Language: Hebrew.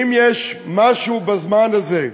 אם יש משהו בזמן הזה,